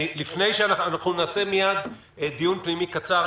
מיד נעשה דיון פנימי קצר,